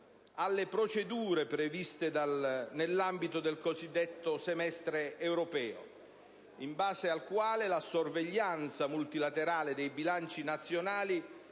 alle procedure previste nell'ambito del cosiddetto semestre europeo, in base al quale la sorveglianza multilaterale dei bilanci nazionali